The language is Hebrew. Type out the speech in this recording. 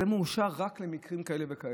זה מאושר רק למקרים כאלה וכאלה.